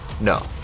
No